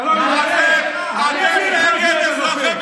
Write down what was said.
אתם נגד אזרחי מדינת ישראל היהודים.